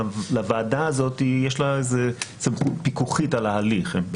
לוועדה הזאת יש סמכות פיקוחית על ההליך.